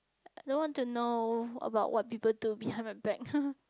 don't want to know about what people do behind my back